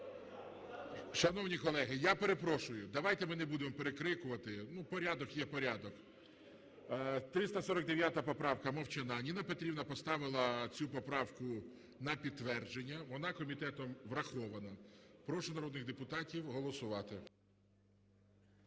Шановні колеги, я перепрошую, давайте ми не будемо перекрикувати, порядок є порядок. 349 поправка Мовчана, Ніна Петрівна поставила цю поправку на підтвердження, вона комітетом врахована. Прошу народних депутатів голосувати.